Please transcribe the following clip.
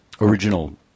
original